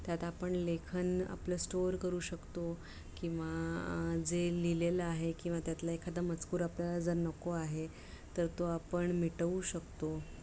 त्यात आपण लेखन आपलं स्टोअर करू शकतो किंवा जे लिहिलेलं आहे किंवा त्यातलं एखादा मजकूर आपल्याला जर नको आहे तर तो आपण मिटवू शकतो